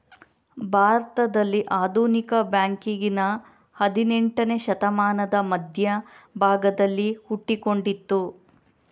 ಭಾರತದಲ್ಲಿ ಆಧುನಿಕ ಬ್ಯಾಂಕಿಂಗಿನ ಹದಿನೇಂಟನೇ ಶತಮಾನದ ಮಧ್ಯ ಭಾಗದಲ್ಲಿ ಹುಟ್ಟಿಕೊಂಡಿತು